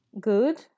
Good